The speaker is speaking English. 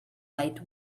light